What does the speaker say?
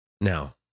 Now